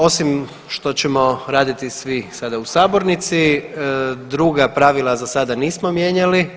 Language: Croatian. Osim što ćemo raditi svi sada u sabornici druga pravila za sada nismo mijenjali.